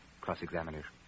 cross-examination